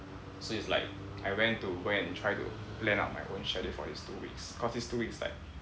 so it's like I went to go and try to plan up my own schedule for this two weeks cause these two weeks like